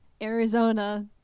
arizona